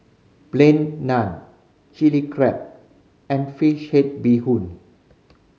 Plain Naan Chilli Crab and fish head bee hoon